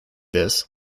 this